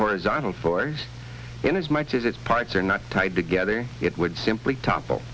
horizontal forward in as much as its parts are not tied together it would simply topple